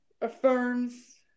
affirms